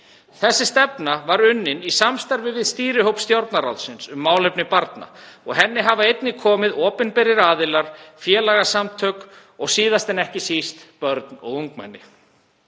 Þessi stefna var unnin í samstarfi við stýrihóp Stjórnarráðsins um málefni barna og að henni hafa einnig komið opinberir aðilar, félagasamtök og síðast en ekki síst börn og ungmenni.